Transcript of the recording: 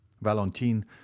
valentine